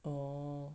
orh